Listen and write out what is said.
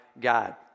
God